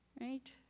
right